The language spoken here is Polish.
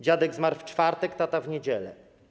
Dziadek zmarł w czwartek, tata w niedzielę.